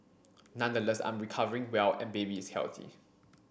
nonetheless I am recovering well and baby is healthy